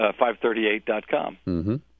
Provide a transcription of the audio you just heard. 538.com